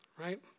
right